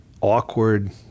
awkward